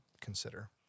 consider